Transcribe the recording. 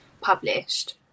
published